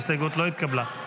ההסתייגות לא התקבלה.